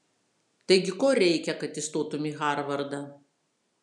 taigi ko reikia kad įstotumei į harvardą